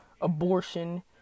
abortion